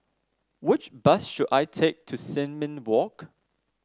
which bus should I take to Sin Ming Walk